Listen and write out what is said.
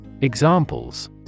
Examples